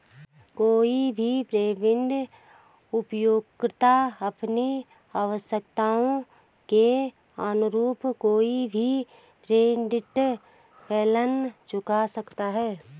कोई भी प्रीपेड उपयोगकर्ता अपनी आवश्यकताओं के अनुरूप कोई भी प्रीपेड प्लान चुन सकता है